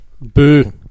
boo